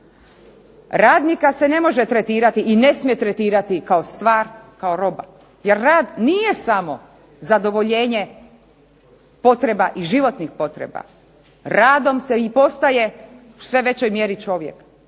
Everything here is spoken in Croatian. Radnika se ne može tretirati i ne smije tretirati kao stvar, kao roba jer rad nije samo zadovoljenje potreba i životnih potreba. Radom se i postaje u sve većoj mjeri čovjek.